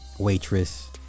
waitress